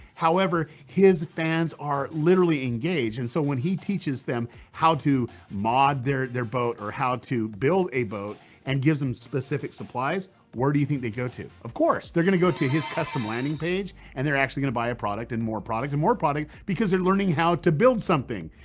however, his fans are literally engaged, and so when he teaches them how to mod their boat or how to build a boat and gives them specific supplies where do you think they go to? of course, they're going to go to his custom landing page and they're actually going to buy a product, and more product, and more product, because they're learning how to build something.